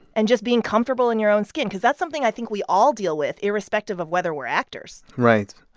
and just being comfortable in your own skin? because that's something i think we all deal with irrespective of whether we're actors right.